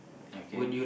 okay